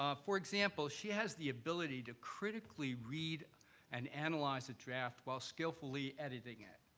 um for example, she has the ability to critically read and analyze a draft while skillfully editing it.